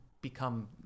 become